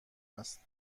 است